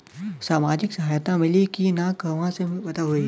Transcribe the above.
सामाजिक सहायता मिली कि ना कहवा से पता होयी?